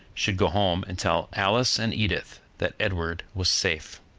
should go home and tell alice and edith that edward was safe.